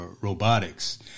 robotics